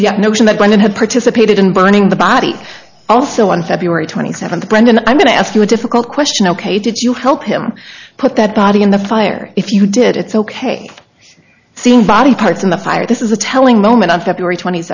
the notion that women had participated in burning the body also on feb twenty seventh brendon i'm going to ask you a difficult question ok did you help him put that body in the fire if you did it's ok seeing body parts in the fire this is a telling moment on february twenty